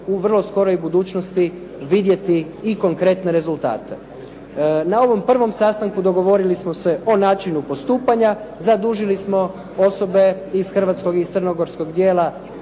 u vrlo skoroj budućnosti vidjeti i konkretne rezultate. Na ovom prvom sastanku dogovorili smo se o načinu postupanja, zadužili smo osobe iz hrvatskog i crnogorskog dijela